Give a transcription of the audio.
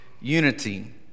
unity